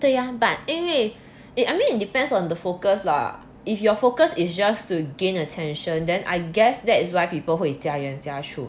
对啊 but 因为 I mean it depends on the focus lah if your focus is just to gain attention then I guess that is why people 会加盐加醋